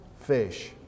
fish